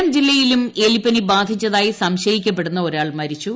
കൊല്ലം ജില്ലയിലും എലിപ്പനി ബാധിച്ചതായി സംശയിക്കപ്പെടുന്ന ഒരാൾ മരിച്ചു